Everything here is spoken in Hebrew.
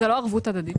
זה לא ערבות הדדית.